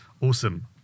awesome